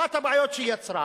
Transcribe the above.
אחת הבעיות שהיא יצרה